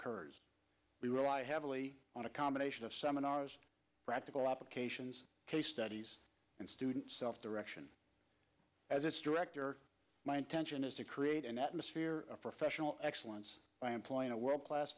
occurs we rely heavily on a combination of seminars practical applications case studies and student self direction as its director my intention is to create an atmosphere of professional excellence by employing a world class